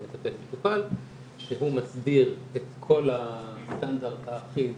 מטפל למטופל שהוא מסדיר את כל הסטנדרט האחיד